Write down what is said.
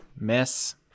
Miss